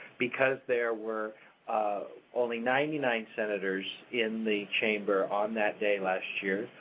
because there were only ninety nine senators in the chamber on that day last year,